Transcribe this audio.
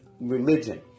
religion